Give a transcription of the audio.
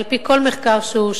על-פי כל מחקר שהוא,